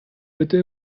bitte